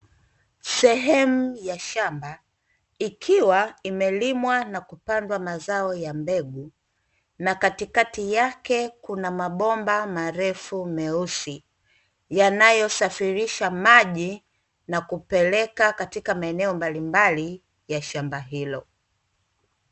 Sehemu ya shamba ikiwa imelimwa na kupandwa mazao ya mbegu na katikati yake kuna mabomba marefu meusi, yanayo safirisha maji na kupeleka katika maeneo mbalimbali ya shamba hilo.